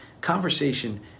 conversation